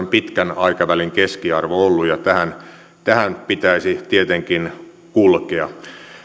pitkän aikavälin keskiarvo ollut ja tähän tähän pitäisi tietenkin kulkea